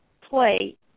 play